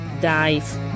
dive